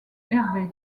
herve